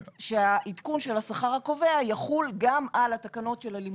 שהעדכון של השכר הקובע יחול גם על התקנות של הלימודים.